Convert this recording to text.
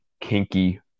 kinky